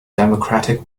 democratic